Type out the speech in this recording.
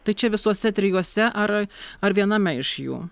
tai čia visuose trijuose ar ar viename iš jų